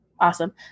Awesome